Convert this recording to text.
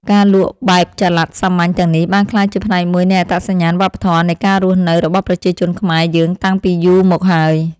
ការលក់បែបចល័តសាមញ្ញទាំងនេះបានក្លាយជាផ្នែកមួយនៃអត្តសញ្ញាណវប្បធម៌នៃការរស់នៅរបស់ប្រជាជនខ្មែរយើងតាំងពីយូរមកហើយ។